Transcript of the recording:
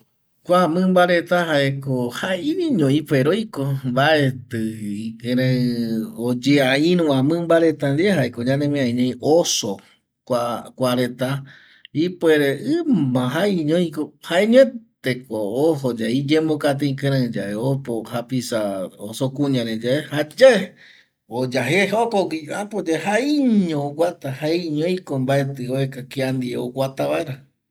Kua mimba reta jaeko ipuere jaiño oiko mbaeti ikirei oyea iruva mimba reta ndie jaeko ñanemiari ñai oso, kuareta ipuere ima jaiño oiko jaeñoeteko ojo yae iyembokate ikireiyae opo japisa oso kuñare yae jayae oya je jokogui apoyae jaiño oguata, jeiño oiko mbaeti oeka kia ndie oguata vaera